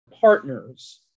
partners